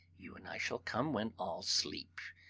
you and i shall come when all sleep.